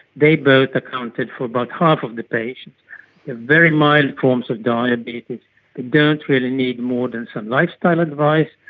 they both accounted for about half of the patients, with very mild forms of diabetes that don't really need more than some lifestyle advice,